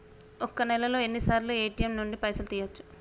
ఒక్క నెలలో ఎన్నిసార్లు ఏ.టి.ఎమ్ నుండి పైసలు తీయచ్చు?